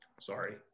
Sorry